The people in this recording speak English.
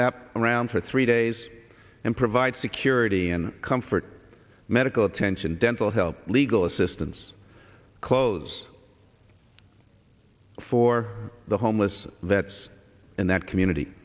that around for three days and provide security and comfort medical attention dental health legal assistance clothes for the homeless vets in that community